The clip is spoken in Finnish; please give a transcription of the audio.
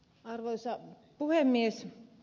arvoisa puhemies